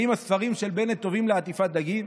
האם הספרים של בנט טובים לעטיפת דגים?